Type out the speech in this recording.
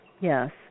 yes